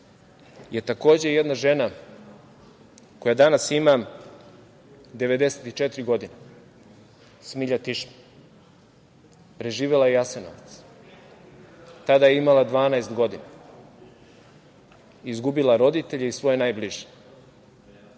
je takođe jedna žena koja danas ima 94 godine, Smilja Tišma. Preživela je Jasenovac, tada je imala 12 godina, izgubila roditelje i svoje najbliže.